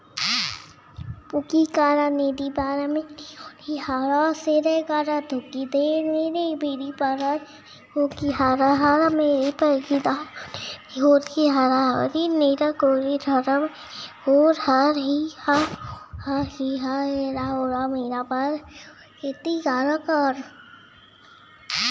क्या आप जानते है कॉफी प्रसंस्करण के दो तरीके है?